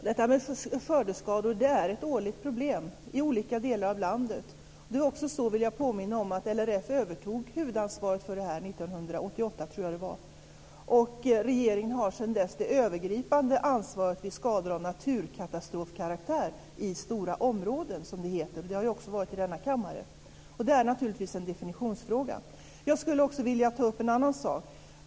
Fru talman! Skördeskador är ett årligt problem i olika delar av landet. Jag vill påminna om att LRF övertog huvudansvaret för detta, 1988 tror jag det var. Sedan dess har regeringen det övergripande ansvaret vid skador av naturkatastrofkaraktär i stora områden, som det heter. Det har också varit uppe här i kammaren. Det är naturligtvis en definitionsfråga. Jag skulle också vilja ta upp en annan sak.